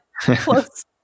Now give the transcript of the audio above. close